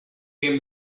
came